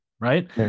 right